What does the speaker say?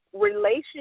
relationship